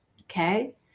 Okay